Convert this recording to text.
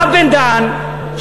הרב בן-דהן,